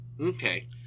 Okay